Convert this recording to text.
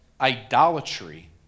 idolatry